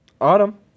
Autumn